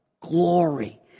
glory